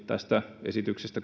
tästä esityksestä